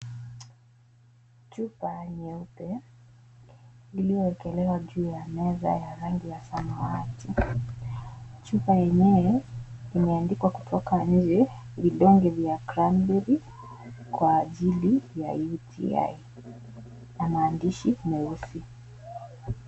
Chupa nyeupe lililoekelewa juu ya meza ya rangi ya samawati chupa yenyewe imeandikwa kutoka nje vidonge vya cranberry pills for UTI na maandishi meusi.